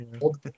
old